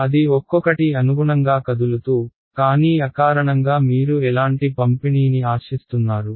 అది ఒక్కొకటి అనుగుణంగా కదులుతూ కానీ అకారణంగా మీరు ఎలాంటి పంపిణీని ఆశిస్తున్నారు